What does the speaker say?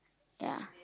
ya